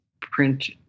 print